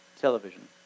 television